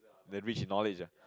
then rich in knowledge ah